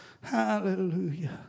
hallelujah